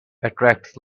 attracts